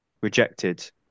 rejected